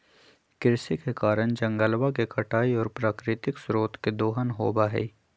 कृषि के कारण जंगलवा के कटाई और प्राकृतिक स्रोत के दोहन होबा हई